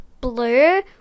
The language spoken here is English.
blue